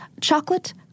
Chocolate